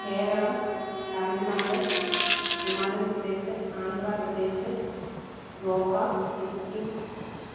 Keralam Tamil Nadu Himachal Pradesh Andhra Pradesh Goa Sikkim